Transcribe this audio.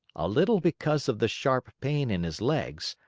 a little because of the sharp pain in his legs,